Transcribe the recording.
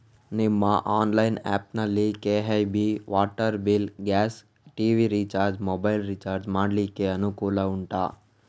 ನಿಮ್ಮ online app ನಲ್ಲಿ KEB, water bill, gas, TV recharge, mobile recharge ಮಾಡ್ಲಿಕ್ಕೆ ಅನುಕೂಲ ಉಂಟಾ